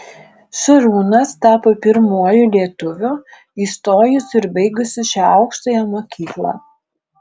šarūnas tapo pirmuoju lietuviu įstojusiu ir baigusiu šią aukštąją mokyklą